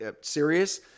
serious